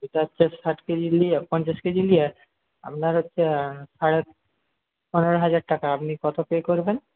এটা হচ্ছে ষাট কেজি নিয়ে পঞ্চাশ কেজি নিয়ে আপনার হচ্ছে সাড়ে পনেরো হাজার টাকা আপনি কত পে করবেন